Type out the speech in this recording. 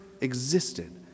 existed